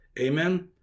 Amen